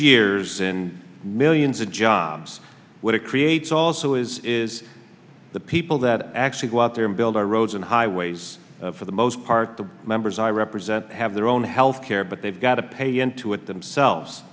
years in millions of jobs what it creates also is is the people that actually go out there and build our roads and highways for the most part the members i represent have their own health care but they've got to pay into it themselves